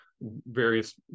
various